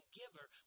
giver